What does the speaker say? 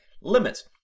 limits